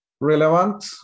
relevant